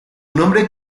nombre